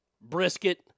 brisket